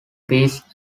peace